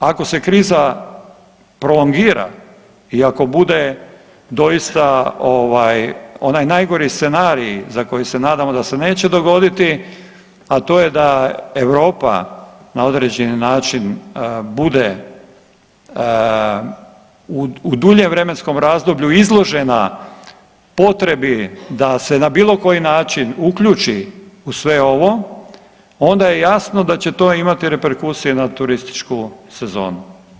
Ako se kriza prolongira i ako bude doista ovaj onaj najgori scenarij za koji se nadamo da se neće dogoditi, a to je da Europa na određeni način bude u duljem vremenskom razdoblju izložena potrebi da se na bilo koji način uključi u sve ovo onda je jasno da će to imati reperkusije na turističku sezonu.